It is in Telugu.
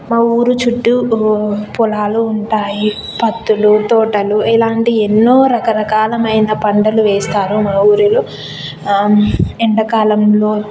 మా ఊరు చుట్టూ పొలాలు ఉంటాయి పత్తులు తోటలు ఇలాంటి ఎన్నో రకరకాలమైన పంటలు వేస్తారు మా ఊరిలో ఎండాకాలంలో